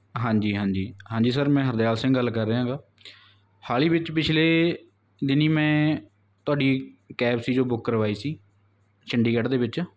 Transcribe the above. ਹਾਂਜੀ ਹਾਂਜੀ ਹਾਂਜੀ ਸਰ ਮੈਂ ਹਰਦਿਆਲ ਸਿੰਘ ਗੱਲ ਕਰ ਰਿਹਾ ਹੈਗਾ ਹਾਲ ਹੀ ਵਿੱਚ ਪਿਛਲੇ ਦਿਨੀਂ ਮੈਂ ਤੁਹਾਡੀ ਕੈਬ ਸੀ ਜੋ ਬੁੱਕ ਕਰਵਾਈ ਸੀ ਚੰਡੀਗੜ੍ਹ ਦੇ ਵਿੱਚ